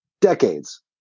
decades